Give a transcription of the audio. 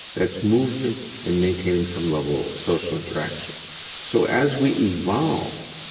that's movement and maintaining some level of social interaction so as we evolve,